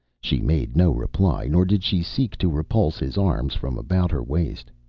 she made no reply, nor did she seek to repulse his arm from about her waist.